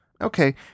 Okay